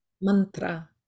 Mantra